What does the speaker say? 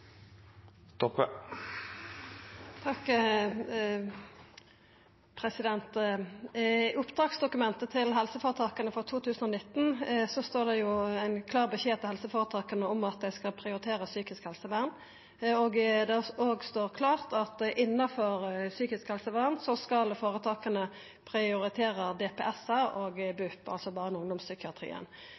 til helseføretaka for 2019 står det ein klar beskjed til helseføretaka om at dei skal prioritera psykisk helsevern, og det står òg klart at innanfor psykisk helsevern skal føretaka prioritera DPS og BUP – altså barne- og ungdomspsykiatrien.